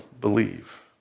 believe